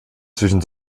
zwischen